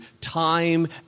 time